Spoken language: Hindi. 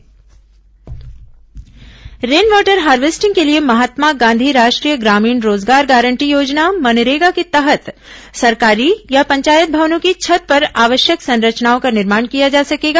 MNREGA water harvesting rainwater harvesting के लिए महात्मा गांधी राष्ट्रीय ग्रामीण रोजगार गारंटी योजना मनरेगा के तहत सरकारी या पंचायत भवनों की छत पर आवश्यक संरचनाओं का निर्माण किया जा सकेगा